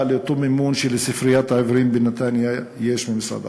לאותו מימון שלספריית העיוורים בנתניה יש ממשרד